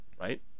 right